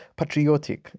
patriotic